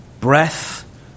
Breath